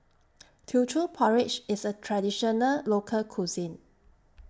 Teochew Porridge IS A Traditional Local Cuisine